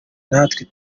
natwe